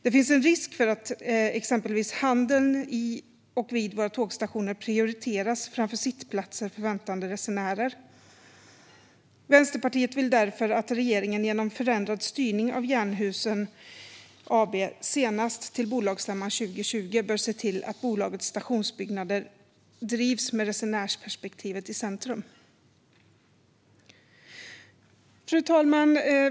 Det finns en risk för att exempelvis handeln i och vid våra tågstationer prioriteras framför sittplatser för väntande resenärer. Vänsterpartiet vill därför att regeringen genom förändrad styrning av Jernhusen AB senast till bolagsstämman 2020 ska se till att bolagets stationsbyggnader drivs med resenärsperspektivet i centrum. Fru talman!